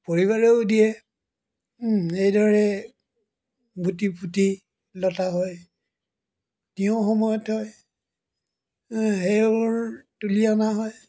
পৰিবাৰেও দিয়ে এইদৰে গুটি ফুটি লতা হয় তিয়ঁহ সময়ত হয় সেইবোৰ তুলি অনা হয়